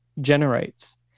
generates